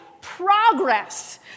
progress